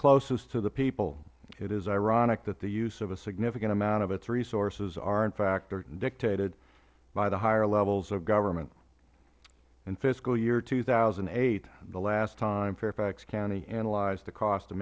closest to the people it is ironic that the use of a significant amount of its resources are in fact dictated by the higher levels of government in fiscal year two thousand and eight the last time fairfax county analyzed the cost of